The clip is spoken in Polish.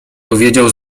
powiedział